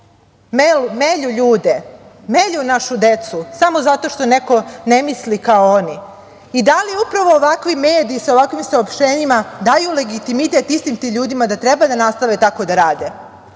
melju ljude, melju našu decu samo zato što neko ne misli kao oni? Da li upravo ovakvi mediji sa ovakvim saopštenjima daju legitimitet istim tim ljudima da treba da nastave tako da rade?